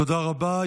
תודה רבה.